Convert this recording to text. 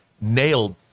nailed